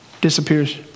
disappears